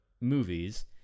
movies